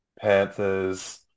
Panthers